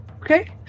okay